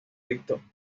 visto